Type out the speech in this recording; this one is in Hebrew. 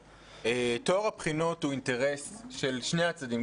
טוהר הבחינות הוא אינטרס של שני הצדדים,